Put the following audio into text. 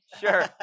Sure